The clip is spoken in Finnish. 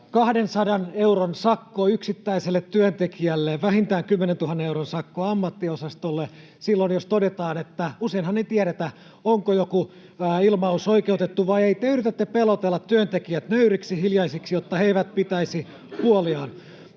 200 euron sakko yksittäiselle työntekijälle ja vähintään 10 000 euron sakko ammattiosastolle silloin, jos todetaan — useinhan ei tiedetä, onko joku ilmaus oikeutettu vai ei. Te yritätte pelotella työntekijät nöyriksi, hiljaisiksi, jotta he eivät pitäisi puoliaan.